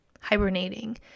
hibernating